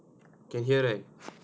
can hear right